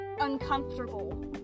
uncomfortable